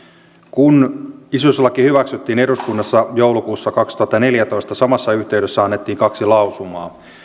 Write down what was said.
kun isyyslaki hyväksyttiin eduskunnassa joulukuussa kaksituhattaneljätoista samassa yhteydessä annettiin kaksi lausumaa